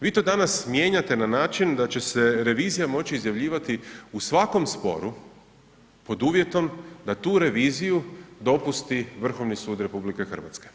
Vi to danas mijenjate na način da će se revizija moći izjavljivati u svakom sporu pod uvjetom da tu reviziju dopusti Vrhovni sud RH.